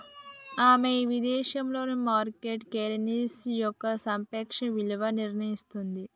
అమ్మో విదేశాలలో market currency యొక్క సాపేక్ష విలువను నిర్ణయిస్తుంది